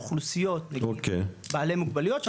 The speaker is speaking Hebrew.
אוכלוסיות בעלי מוגבלויות,